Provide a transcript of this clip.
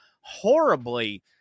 horribly